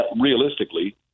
realistically